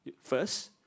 first